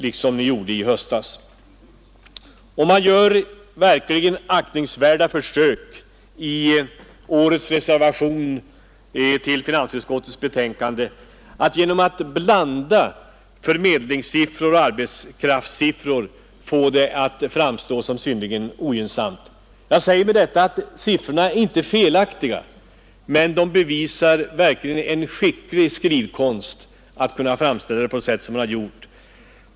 I reservationen till finansutskottets betänkande gör man verkligen aktningsvärda försök att blanda ihop förmedlingssiffror och arbetskraftssiffror och därigenom få situationen att framstå som synnerligen ogynnsam. Jag säger inte att siffrorna är felaktiga, men det är verkligen ett exempel på skicklig skrivkonst att kunna framställa situationen såsom skett.